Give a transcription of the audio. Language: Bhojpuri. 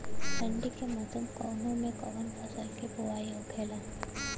ठंडी के मौसम कवने मेंकवन फसल के बोवाई होखेला?